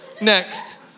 Next